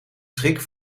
schrik